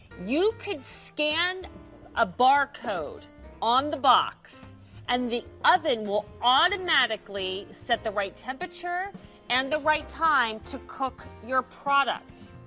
you could scan a bar code on the box and the oven will automatically set the right temperature and the right time to cook your product.